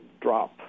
drop